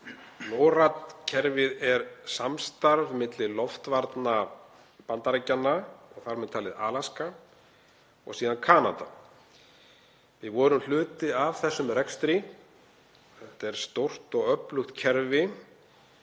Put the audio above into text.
NORAD-kerfið er samstarf milli loftvarna Bandaríkjanna, og þar með talið Alaska, og síðan Kanada. Við vorum hluti af þessum rekstri, þetta er stórt og öflugt kerfi.